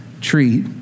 treat